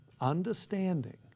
understanding